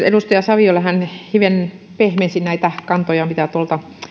edustaja saviolle hän hivenen pehmensi näitä kantoja mitä tuolta